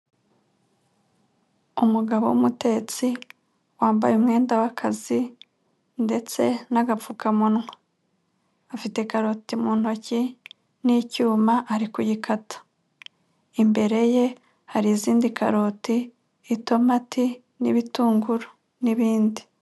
Umugabo w'umutetsi wambaye umwenda w'akazi ndetse n'agapfukamunwa afite karoti mu ntoki n'icyuma ari kuyikata imbere ye hari izindi karoti, itomati n'ibitunguru n'ibindi.